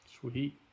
Sweet